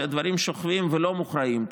שהדברים שוכבים ולא מוכרעים,